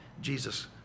Jesus